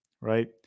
right